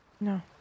No